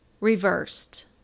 Reversed